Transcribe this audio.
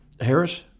Harris